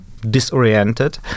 disoriented